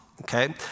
okay